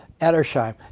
Edersheim